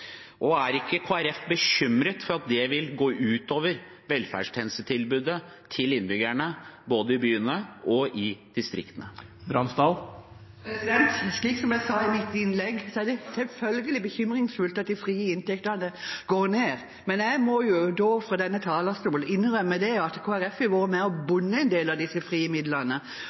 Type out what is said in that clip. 2005. Er ikke Kristelig Folkeparti bekymret for at det vil gå ut over velferdstjenestetilbudet til innbyggerne, både i byene og i distriktene? Som jeg sa i mitt innlegg, er det selvfølgelig bekymringsfullt at de frie inntektene går ned, men jeg må fra denne talerstolen innrømme at Kristelig Folkeparti har vært med på å binde en del av disse frie midlene.